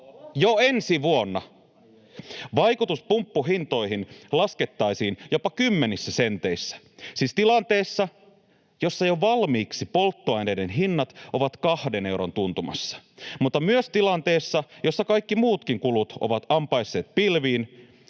jo ensi vuonna. Vaikutus pumppuhintoihin laskettaisiin jopa kymmenissä senteissä, siis tilanteessa, jossa jo valmiiksi polttoaineiden hinnat ovat kahden euron tuntumassa, mutta myös tilanteessa, jossa kaikki muutkin kulut ovat ampaisseet pilviin